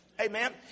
Amen